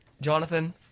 Jonathan